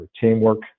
teamwork